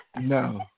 No